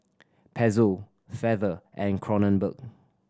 Pezzo Feather and Kronenbourg